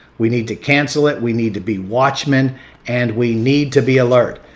we need to cancel it, we need to be watchmen and we need to be alert.